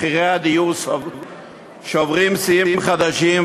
מחירי הדיור שוברים שיאים חדשים,